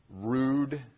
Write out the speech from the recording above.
rude